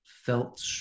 felt